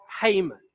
Haman